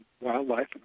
wildlife